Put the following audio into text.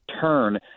turn